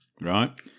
right